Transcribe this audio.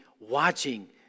watching